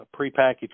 prepackaged